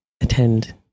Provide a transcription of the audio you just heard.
attend